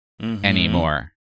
anymore